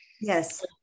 Yes